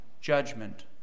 judgment